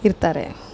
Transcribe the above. ಇರ್ತಾರೆ